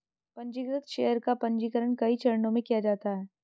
पन्जीकृत शेयर का पन्जीकरण कई चरणों में किया जाता है